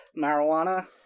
marijuana